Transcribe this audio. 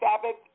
Sabbath